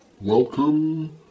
Welcome